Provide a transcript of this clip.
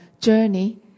journey